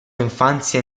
infanzia